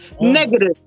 negative